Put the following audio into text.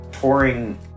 Touring